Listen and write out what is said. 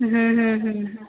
হুম হুম হুম হুম